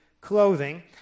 clothing